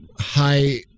high